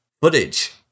footage